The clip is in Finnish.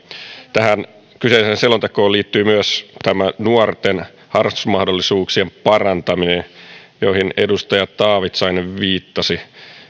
tähän kyseiseen selontekoon liittyy myös nuorten harrastusmahdollisuuksien parantaminen johon edustaja taavitsainen viittasi